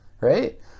right